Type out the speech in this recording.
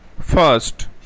first